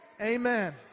amen